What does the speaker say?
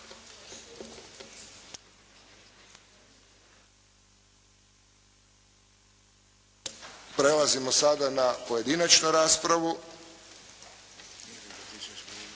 Prelazimo sada na pojedinačnu raspravu.